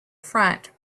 front